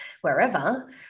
wherever